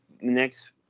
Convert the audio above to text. next